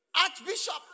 Archbishop